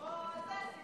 אוה, זה הסיפור.